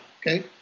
Okay